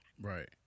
right